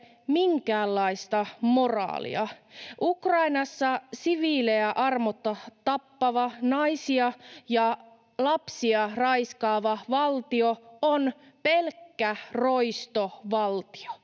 minkäänlaista moraalia. Ukrainassa siviilejä armotta tappava, naisia ja lapsia raiskaava valtio on pelkkä roistovaltio.